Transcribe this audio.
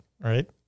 right